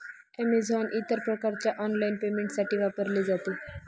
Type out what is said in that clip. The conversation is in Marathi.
अमेझोन इतर प्रकारच्या ऑनलाइन पेमेंटसाठी वापरले जाते